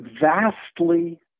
vastly